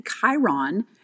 Chiron